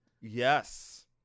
Yes